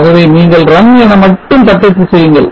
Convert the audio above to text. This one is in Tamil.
ஆகவே நீங்கள் ரன் என மட்டும் தட்டச்சு செய்யுங்கள்